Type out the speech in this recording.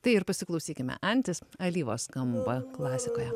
tai ir pasiklausykime antis alyvos skamba klasikoje